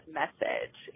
message